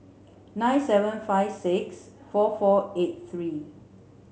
nine seven five six four four eight three